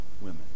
women